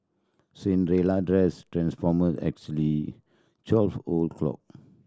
Cinderella dress transformed exactly twelve o' clock